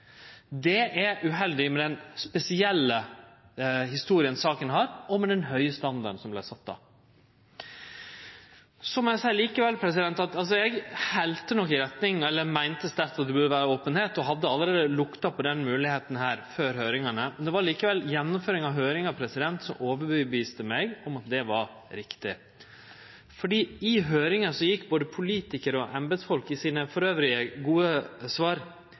Det er uheldig, med den spesielle historia saka har, og med den høge standarden som då vart sett. Eg må likevel seie at eg meinte sterkt at det burde vere openheit, og hadde allereie lukta på den moglegheita før høringane. Det var likevel gjennomføringa av høyringane som overtydde meg om at det var riktig, for i høyringa gjekk både politikarar og embetsfolk i sine elles gode svar